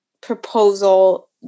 proposal